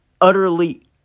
utterly